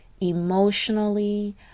emotionally